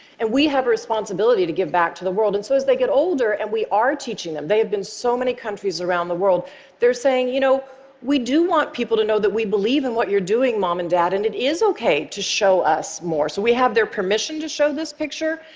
and we have a responsibility to give back to the world. and so as they get older and we are teaching them they have been to so many countries around the world they're saying, you know we do want people to know that we believe in what you're doing, mom and dad, and it is okay to show us more. so we have their permission to show this picture,